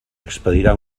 expedirà